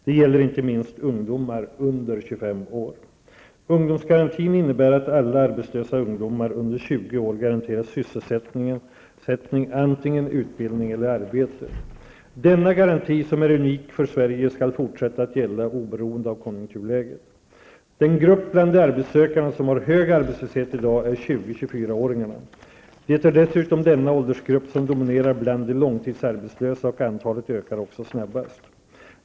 Det gäller inte minst ungdomar under 25 år. antingen utbildning eller arbete. Denna garanti, som är unik för Sverige, skall fortsätta att gälla oberoende av konjunkturläget. Den grupp bland de arbetssökande som i dag har hög arbetslöshet är 20--24-åringarna. Det är dessutom denna åldersgrupp som dominerar bland de långtidsarbetslösa, och antalet ökar också snabbast.